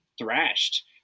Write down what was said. thrashed